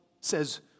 says